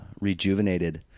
rejuvenated